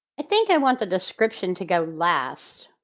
i think i want the description to go last.